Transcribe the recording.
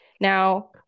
Now